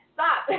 Stop